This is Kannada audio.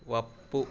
ಒಪ್ಪು